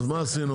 אז מה עשינו?